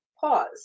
pause